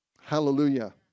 Hallelujah